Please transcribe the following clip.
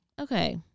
okay